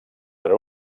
per